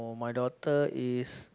for my daughter is